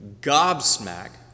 gobsmacked